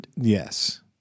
Yes